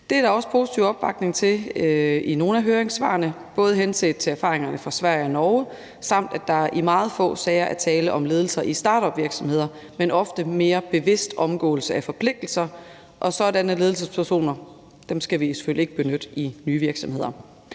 Det er der også positiv opbakning til i nogle af høringssvarene både henset til erfaringerne fra Sverige og Norge, samt at der i meget få sager er tale om ledelser i startupvirksomheder, men ofte mere bevidst omgåelse af forpligtelser. Og sådanne ledelsespersoner skal man selvfølgelig ikke benytte i nye virksomheder.